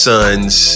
Sons